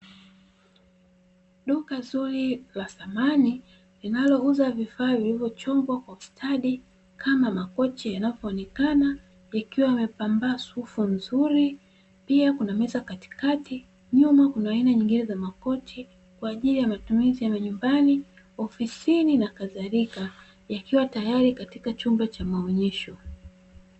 Duka zuri la samani linalouza vifaa vilivyochongwa kwa ustadi kama makochi yanavyoonekana yakiwa wamepambwa sufi nzuri, pia kuna meza katikati nyuma kuna aina nyingine ya makochi kwa ajili ya matumizi ya majumbani, ofisini na kadharika yakiwa tayari katika chumba cha maonyesho.